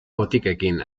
botikekin